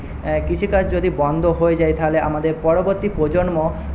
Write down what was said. কৃষিকাজ যদি বন্ধ হয়ে যায় তাহলে আমাদের পরবর্তী প্রজন্ম